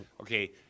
Okay